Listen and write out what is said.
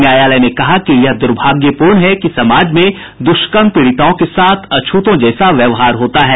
न्यायालय ने कहा कि यह दुर्भाग्यपूर्ण है कि समाज में दुष्कर्म पीड़िताओं के साथ अछूतों जैसा व्यवहार होता है